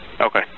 Okay